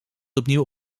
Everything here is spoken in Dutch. opnieuw